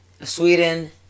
Sweden